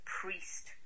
priest